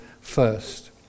first